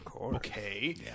okay